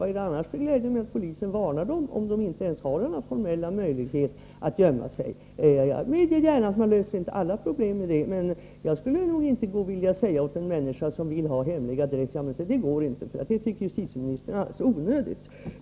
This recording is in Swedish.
Vad är det annars för idé med att polisen varnar dem, om de inte har formella möjligheter att gömma sig? Man löser inte alla problem med detta, men jag skulle inte vilja vara tvungen att säga till en människa som vill ha hemlig adress: Det går inte, eftersom justitieministern tycker att det är alldeles onödigt.